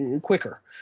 quicker